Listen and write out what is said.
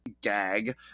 gag